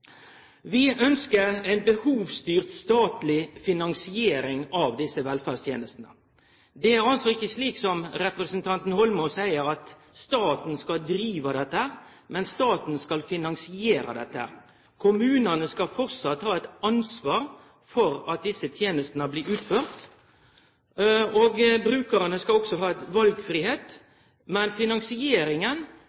Vi ønskjer ei behovsstyrt statleg finansiering av desse velferdstenestene. Det er ikkje slik som representanten Holmås seier, at staten skal drive dette, men staten skal finansiere det. Kommunane skal framleis ha eit ansvar for at desse tenestene blir utførte, og brukarane skal ha valfridom, men finansieringa skal vere statleg. Dersom ein har eit